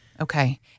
Okay